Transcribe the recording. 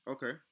Okay